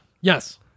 Yes